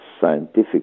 scientific